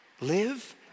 live